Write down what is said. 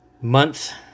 month